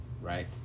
right